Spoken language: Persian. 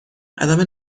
عدم